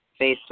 Facebook